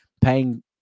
paying